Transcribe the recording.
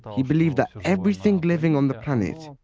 he believed that everything living on the planet,